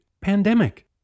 pandemic